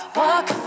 walk